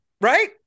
right